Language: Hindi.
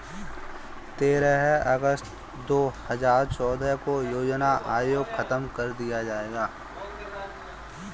तेरह अगस्त दो हजार चौदह को योजना आयोग खत्म कर दिया गया